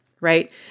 right